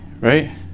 right